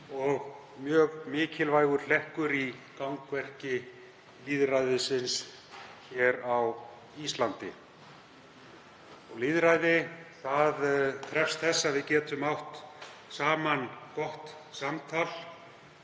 og mjög mikilvægur hlekkur í gangvirki lýðræðisins á Íslandi. Lýðræði krefst þess að við getum átt gott samtal